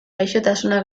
gaixotasuna